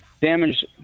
Damage